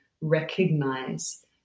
recognize